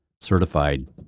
certified